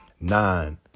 nine